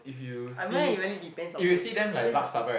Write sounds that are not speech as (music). (noise) I really depends on mood depends on